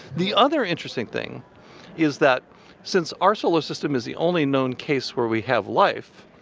the other interesting thing is that since our solar system is the only known case where we have life,